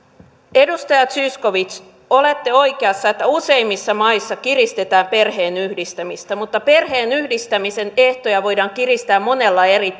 edustaja zyskowicz olette oikeassa että useimmissa maissa kiristetään perheenyhdistämistä mutta perheenyhdistämisen ehtoja voidaan kiristää monella eri